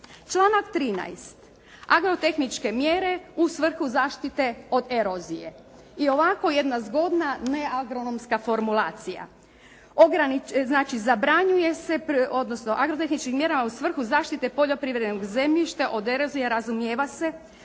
Članak 13. Agrotehničke mjere, u svrhu zaštite od erozije, i ovako jedna zgodna neagronomska formulacija. Znači zabranjuje se, odnosno agrotehničkim mjerama u svrhu zaštite poljoprivrednog zemljišta od erozije razumijeva se